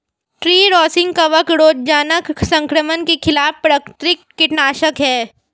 tree rosin कवक रोगजनक संक्रमण के खिलाफ प्राकृतिक कीटनाशक है